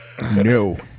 No